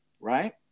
right